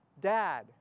dad